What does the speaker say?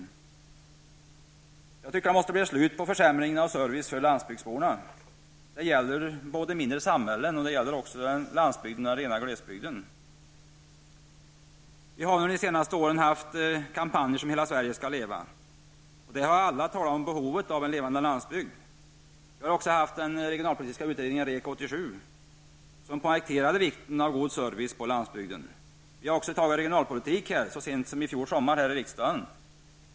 Jag tycker att det måste bli ett slut på försämringen av servicen för landsbygdsborna. Det gäller mindre samhällen samt landsbygden och den rena glesbygden. Vi har under de senaste åren haft kampanjer som Hela Sverige skall leva. Här har alla talat om behovet av en levande landsbygd. Vi har också haft en regionalpolitisk utredning, REG 87, som poängterade vikten av god service på landsbygden. Vi har också fattat regionalpolitiska beslut, så sent som i fjol sommar, här i riksdagen.